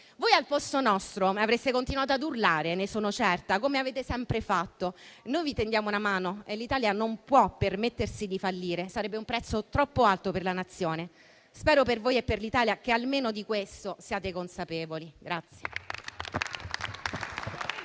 Voi al posto nostro avreste continuato a urlare, ne sono certa, come avete sempre fatto. Noi vi tendiamo una mano: l'Italia non può permettersi di fallire, sarebbe un prezzo troppo alto per la Nazione. Spero per voi e per l'Italia che almeno di questo siate consapevoli.